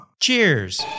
Cheers